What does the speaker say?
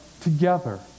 Together